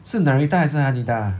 是 narita 还是哪里搭